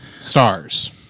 stars